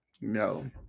No